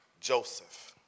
Joseph